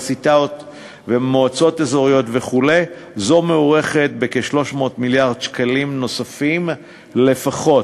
מועצות אזוריות וכו' זאת מוערכת ב-300 מיליארד שקלים נוספים לפחות.